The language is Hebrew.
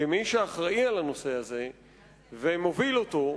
כמי שאחראי לנושא הזה ומוביל אותו,